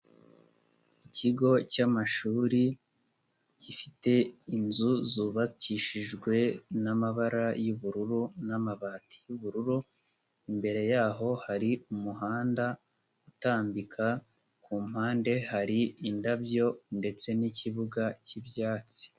Ikigo cy'amashuri, gifite inzu zubakishijwe n'amabara y'ubururu n'amabati y'ubururu, imbere yaho hari umuhanda utambika, ku mpande hari indabyo ndetse n'ikibuga k'ibyatsi.